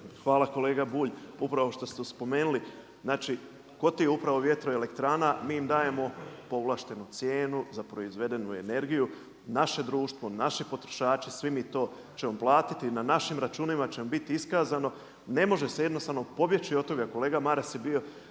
Hvala kolega Bulj upravo što ste spomenuli, znači kod tih upravo vjetroelektrana mi im dajemo povlaštenu cijenu za proizvedenu energiju. Naše društvo, naši potrošači svi mi to ćemo platiti i na našim računima će biti iskazano, ne može se jednostavno pobjeći od toga. Kolega Maras je bio